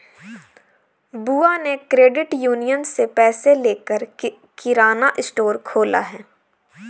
बुआ ने credit union से पैसे लेकर किराना स्टोर खोला है